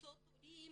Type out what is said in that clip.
קבוצות הורים,